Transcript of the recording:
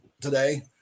today